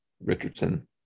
Richardson